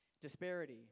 Disparity